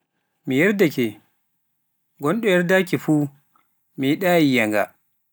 mi yerdaake, ngoɗo yerdaaki fuu meɗayii yiia nga.